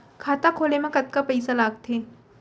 खाता खोले मा कतका पइसा लागथे?